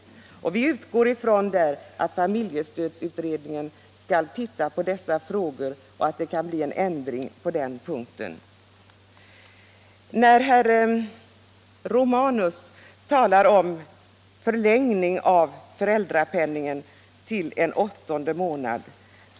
Vi utgår ifrån att familjestödsutredningen skall titta på dessa frågor och att det kan bli en ändring på den punkten. Herr Romanus talar om förlängning av föräldrapenningen till en åttonde månad.